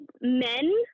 men